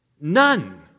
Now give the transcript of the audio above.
None